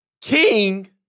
king